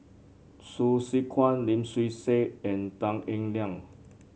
Hsu Tse Kwang Lim Swee Say and Tan Eng Liang